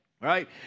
Right